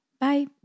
Bye